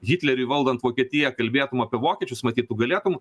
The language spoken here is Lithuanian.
hitleriui valdant vokietija kalbėtum apie vokiečius matyt tu galėtum